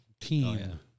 team